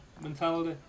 mentality